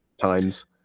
times